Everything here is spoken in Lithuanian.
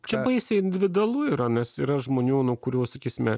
čia baisiai individualu yra nes yra žmonių nu kurių sakysime